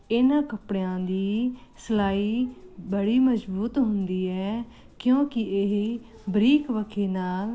ਇਹਨਾਂ ਕੱਪੜਿਆਂ ਦੀ ਸਿਲਾਈ ਬੜੀ ਮਜਬੂਤ ਹੁੰਦੀ ਹੈ ਕਿਉਂਕੀ ਇਹ ਬਰੀਕ ਵਕੀਏ ਨਾਲ